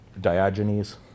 Diogenes